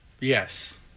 Yes